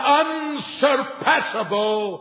unsurpassable